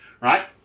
right